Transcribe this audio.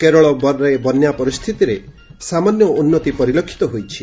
କେରଳ ବନ୍ୟା ପରିସ୍ଥିତିରେ ସାମାନ୍ୟ ଉନ୍ନତି ପରିଲକ୍ଷିତ ହୋଇଛି